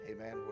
amen